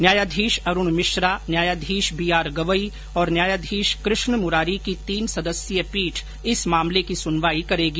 न्यायाधीश अरूण मिश्रा न्यायाधीश B R Gavai और न्यायाधीश कृष्ण मुरारी की तीन सदस्यीय पीठ इस मामले की सुनवाई करेगी